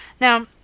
now